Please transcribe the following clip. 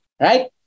Right